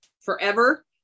forever